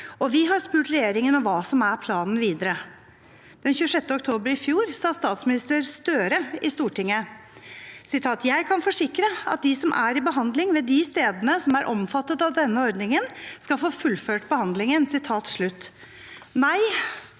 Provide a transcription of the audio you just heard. vi har spurt regjeringen om hva som er planen videre. Den 26. oktober i fjor sa statsminister Støre i Stortinget: «Jeg kan forsikre at de som er i behandling ved de stedene som er omfattet av denne ordningen, skal få fullført behandlingen.» Nei,